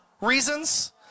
reasons